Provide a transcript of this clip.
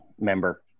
member